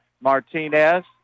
Martinez